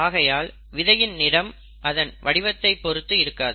ஆகையால் விதையின் நிறம் அதன் வடிவத்தை பொருத்து இருக்காது